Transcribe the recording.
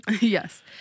Yes